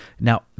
Now